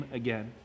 again